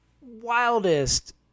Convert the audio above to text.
wildest